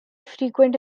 frequent